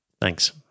Thanks